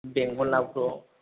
बेंगलनाबोथ'